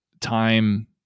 time